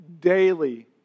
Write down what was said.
daily